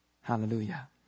Hallelujah